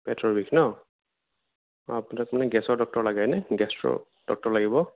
পেটৰ বিষ ন' আপোনাক মানে গেছৰ ডক্তৰ লাগে নে গেষ্ট্ৰ' ডক্তৰ লাগিব